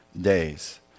days